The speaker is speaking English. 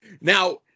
Now